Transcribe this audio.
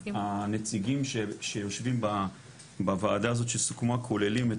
הנציגים שיושבים בוועדה הזאת שסוכמה כוללים את